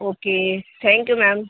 okay thank you ma'am